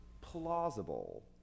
plausible